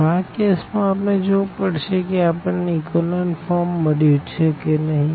b4 1 6 તો આ કેસ માં આપણે જોવું પડશે ક આપણને ઇકોલન ફોર્મ મળ્યું ક નહિ